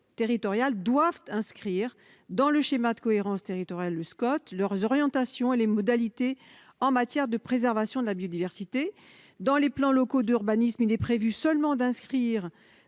territoriales doivent inscrire dans le schéma de cohérence territoriale leurs orientations et les modalités de leurs actions en matière de préservation de la biodiversité. Dans le cadre des plans locaux d'urbanisme, il est prévu seulement qu'elles